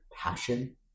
passion